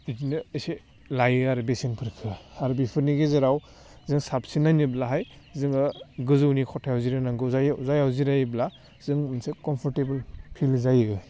बिदिनो एसे लायो आरो बेसेनफोरखो आरो बिफोरनि गेजेराव जों साबसिन नायनोब्लाहाय जोङो गोजौनि ख'थायाव जिरायनांगौ जायो जायाव जिरायोब्ला जों मोनसे खम्परटेबोल फिल जायो